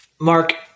Mark